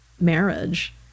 marriage